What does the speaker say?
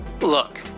Look